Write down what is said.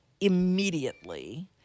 immediately